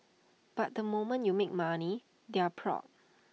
but the moment you make money they're proud